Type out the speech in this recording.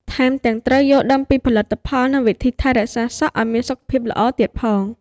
ថែមទាំង ត្រូវយល់ដឹងពីផលិតផល និងវិធីថែរក្សាសក់ឱ្យមានសុខភាពល្អទៀតផង។